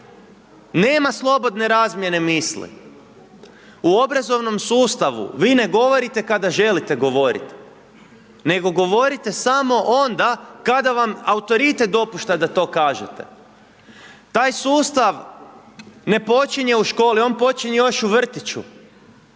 Nema slobodne razmjene misli. U obrazovnom sustavu, vi ne govorite kada želite govoriti, nego govorite samo onda kada vam autoritet dopušta da to kažete. Taj sustav ne počinje u školi, on počinje još u vrtiću,